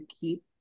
keep